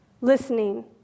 listening